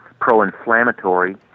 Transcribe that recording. pro-inflammatory